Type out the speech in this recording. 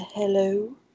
Hello